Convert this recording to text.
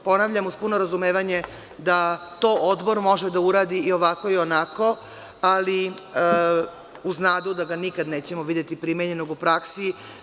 Ponavljam, uz puno razumevanje da to odbor može da uradi i ovako i onako, ali uz nadu da ga nikada nećemo videti primenjenog u praksi.